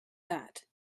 that